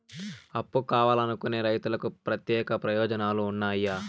అప్పు కావాలనుకునే రైతులకు ప్రత్యేక ప్రయోజనాలు ఉన్నాయా?